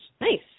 Nice